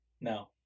No